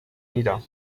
nieder